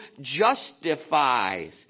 justifies